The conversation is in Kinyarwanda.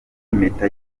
impeta